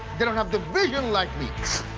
they don't have the vision like me!